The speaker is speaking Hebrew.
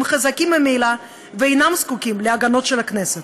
חזקים ממילא ואינם זקוקים להגנות של הכנסת.